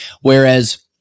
Whereas